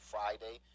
Friday